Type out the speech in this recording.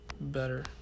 better